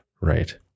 right